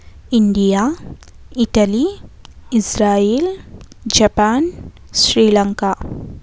India Italy Israel Japan Sri Lanka